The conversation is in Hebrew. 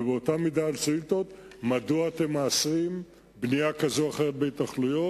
ובאותה מידה על שאילתות מדוע אתם מאשרים בנייה כזאת או אחרת בהתנחלויות.